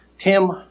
Tim